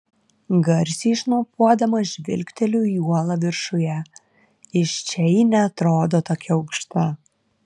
garsiai šnopuodama žvilgteliu į uolą viršuje iš čia ji neatrodo tokia aukšta